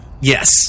Yes